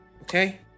Okay